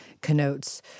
connotes